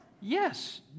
Yes